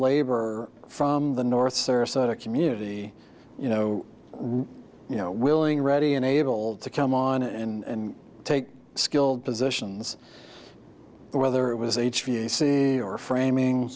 labor from the north sarasota community you know you know willing ready and able to come on and take skilled positions whether it was h b c or framing